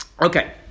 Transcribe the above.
Okay